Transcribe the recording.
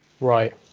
Right